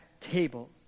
table